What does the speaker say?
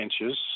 inches